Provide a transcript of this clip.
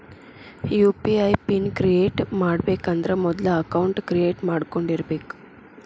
UPI pin create ಮಾಡಬೇಕಂದ್ರ ಮೊದ್ಲ account create ಮಾಡ್ಕೊಂಡಿರಬೆಕ್